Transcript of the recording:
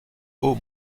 haut